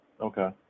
okay